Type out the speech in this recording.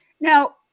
Now